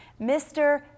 Mr